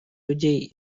людей